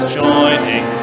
joining